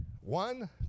One